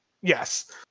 Yes